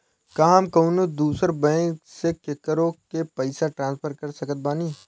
का हम कउनों दूसर बैंक से केकरों के पइसा ट्रांसफर कर सकत बानी?